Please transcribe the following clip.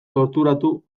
torturatu